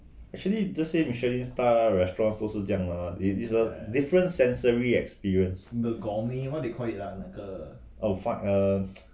actually 这些 michelin star restaurant 都是这样的啊 they is a different sensory experience oh fuck err